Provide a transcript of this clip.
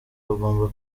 bagomba